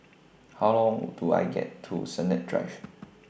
How Long Do I get to Sennett Drive